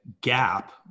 gap